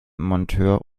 monteur